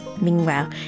Meanwhile